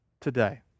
today